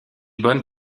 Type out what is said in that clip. bonnes